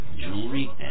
jewelry